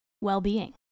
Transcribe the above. well-being